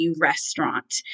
Restaurant